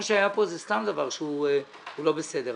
מה שהיה פה זה סתם דבר, שהוא לא בסדר.